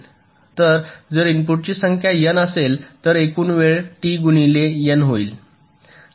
तर जर इनपुटची संख्या n असेल तर एकूण वेळ टी गुणिले n होईल